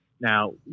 Now